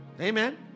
Amen